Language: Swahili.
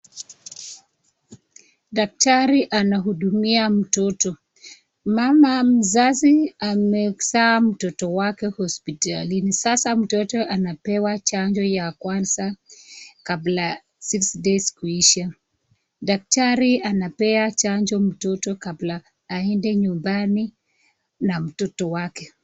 Daktari anamhudumia mtoto. Mama mzazi amezaa mtoto wake hospitalini sasa mtoto anapewa chanjo ya kwanza kabla six days kuisha. Daktari anapea chanjo mtoto kabla aende nyumbani na mtoto wake.